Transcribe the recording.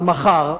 אבל מחר,